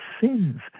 sins